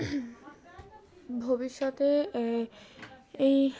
ভবিষ্যতে এই